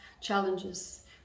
challenges